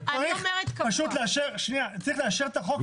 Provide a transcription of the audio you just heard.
צריך לאשר את החוק, נקודה.